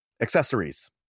accessories